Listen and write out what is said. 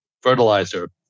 fertilizer